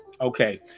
Okay